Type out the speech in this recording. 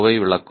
ஐ விளக்கும்